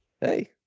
Hey